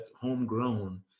homegrown